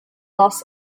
los